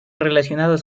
relacionados